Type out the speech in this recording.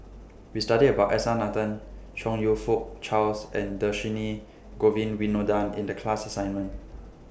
We studied about S R Nathan Chong YOU Fook Charles and Dhershini Govin Winodan in The class assignment